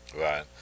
Right